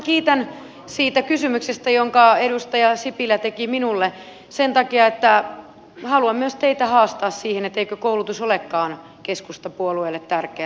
minä kiitän siitä kysymyksestä jonka edustaja sipilä teki minulle sen takia että haluan myös teitä haastaa siihen että eikö koulutus olekaan keskustapuolueelle tärkeää